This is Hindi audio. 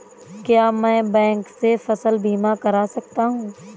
क्या मैं बैंक से फसल बीमा करा सकता हूँ?